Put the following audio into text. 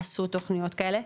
עשו תוכניות כאלה,